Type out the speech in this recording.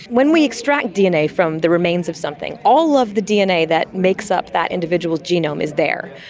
when we extract dna from the remains of something, all of the dna that makes up that individual genome is there.